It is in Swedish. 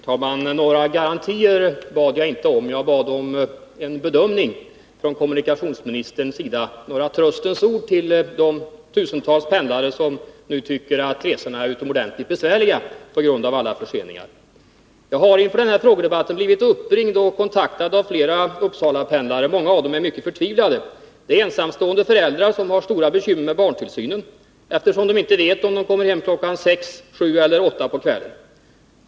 Herr talman! Några garantier bad jag inte om. Jag bad om en bedömning från kommunikationsministerns sida — några tröstens ord till de tusentals pendlare som nu tycker att resorna är utomordentligt besvärliga på grund av alla förseningar. Jag har inför den här frågedebatten blivit uppringd och kontaktad av flera Uppsalapendlare. Många av dem är högst förtvivlade. Det är ensamstående föräldrar som har stora bekymmer med barntillsynen, eftersom de inte vet om de kommer hem klockan 6, 7 eller 8 på kvällen.